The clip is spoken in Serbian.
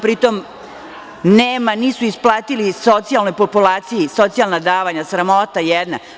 Pri tome, nisu isplatili socijalnoj populaciji socijalna davanja, sramota jedna.